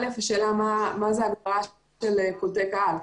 השאלה מה זו הגדרה של קולטי קהל?